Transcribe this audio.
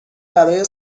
برای